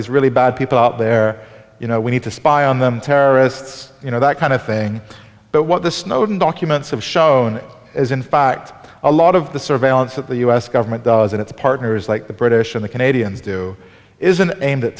these really bad people out there you know we need to spy on them terrorists you know that kind of thing but what the snowden documents have shown is in fact a lot of the surveillance that the u s government does and its partners like the british in the canadians do isn't aimed at